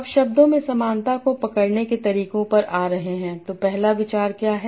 अब शब्दों में समानता को पकड़ने के तरीकों पर आ रहे हैं तोपहला विचार क्या है